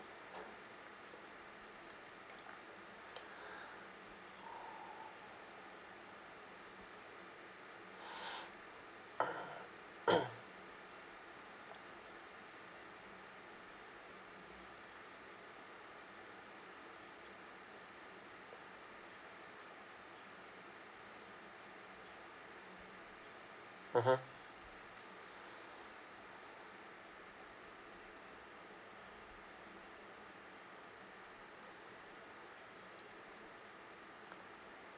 mmhmm